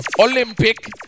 Olympic